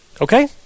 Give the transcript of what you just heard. Okay